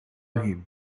him